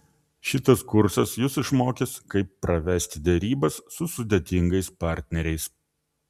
šitas kursas jus išmokys kaip pravesti derybas su sudėtingais partneriais